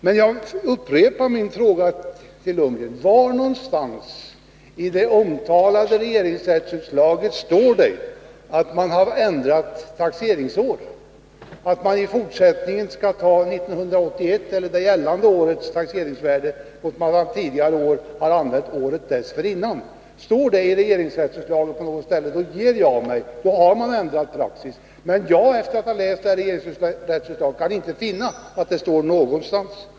Jag vill upprepa min fråga till Bo Lundgren: Var någonstans i det omtalade regeringsrättsutslaget står det att man har ändrat taxeringsår och att man i fortsättningen skall gå efter 1981 års eller det aktuella årets taxeringsvärde mot att man tidigare har använt det taxeringsvärde som gällde året dessförinnan? Står det på något ställe i regeringsrättsutslaget, då ger jag mig, för då har man ändrat praxis. Men jag kan inte efter att ha läst regeringsrättsutslaget finna att det står någonstans.